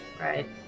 Right